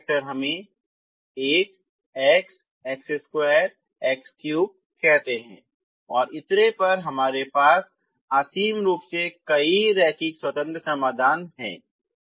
प्रत्येक वेक्टर हमें 1 x x2 x3 कहते हैं और इतने पर हमारे पास असीम रूप से कई रैखिक स्वतंत्र समाधान हैं